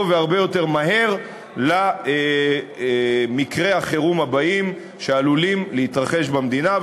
והרבה יותר מהר למקרי החירום הבאים שעלולים להתרחש במדינה,